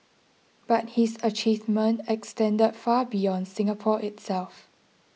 but his achievement extended far beyond Singapore itself